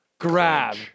Grab